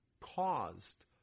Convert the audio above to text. caused